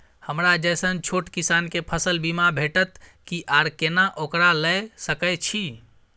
हमरा जैसन छोट किसान के फसल बीमा भेटत कि आर केना ओकरा लैय सकैय छि?